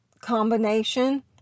combination